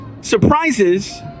surprises